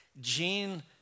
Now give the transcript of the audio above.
Gene